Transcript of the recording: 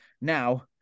Now